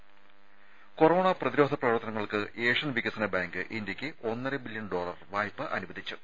ത കൊറോണ പ്രതിരോധ പ്രവർത്തനങ്ങൾക്ക് ഏഷ്യൻ വികസന ബാങ്ക് ഇന്ത്യയ്ക്ക് ഒന്നര ബില്യൻ ഡോളർ വായ്പ അനുവദിച്ചു